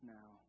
now